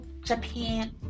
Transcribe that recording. Japan